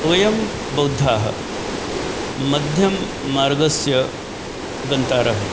वयं बौद्धाः मध्यममार्गस्य गन्तारः